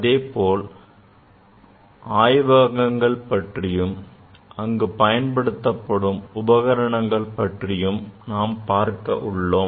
அதேபோல் ஆய்வகங்கள் பற்றியும் அங்கு பயன்படுத்தப்படும் உபகரணங்கள் பற்றியும் பார்க்க உள்ளோம்